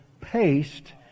paste